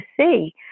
see